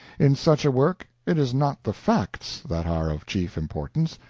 in such a work it is not the facts that are of chief importance,